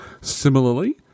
Similarly